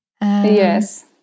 Yes